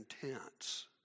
intense